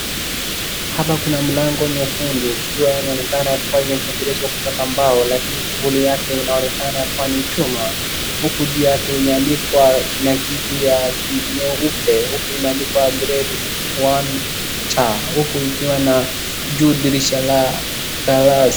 Hapa kuna mlango nyekundu ikiwa inaonekana kuwa imetengenezwa kutoka mbao lakini kufuli yake inaonekana kuwa chuma. Huku juu yake imeandikwa na kitu ya nyeupe huku imeandikwa grade one C.Huku ikiwa na juu dirisha la kara[.]